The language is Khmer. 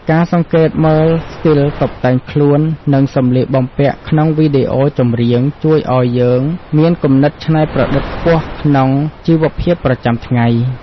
ការសង្កេតមើលស្ទីលតុបតែងខ្លួននិងសម្លៀកបំពាក់ក្នុងវីដេអូចម្រៀងជួយឱ្យយើងមានគំនិតច្នៃប្រឌិតខ្ពស់ក្នុងជីវភាពប្រចាំថ្ងៃ។